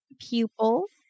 pupils